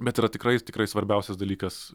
bet yra tikrai tikrai svarbiausias dalykas